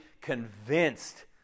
convinced